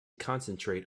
concentrate